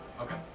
Okay